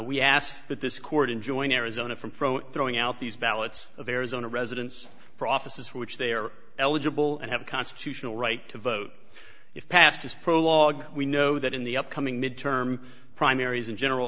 we ask that this court enjoying arizona from throwing out these ballots of arizona residents for offices for which they are eligible and have a constitutional right to vote if past is prologue we know that in the upcoming midterm primaries and general